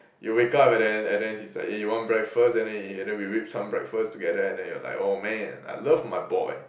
you wake up and then and then he's like eh you want breakfast and then eh and then we whip some breakfast together and then you're like oh man I love my boy